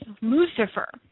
Lucifer